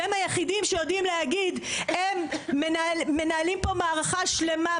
שהם היחידים שיודעים להגיד הם מנהלים פה מערכה שלמה,